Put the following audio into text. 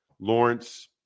Lawrence